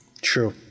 True